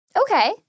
Okay